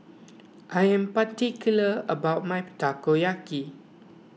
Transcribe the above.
I am particular about my Takoyaki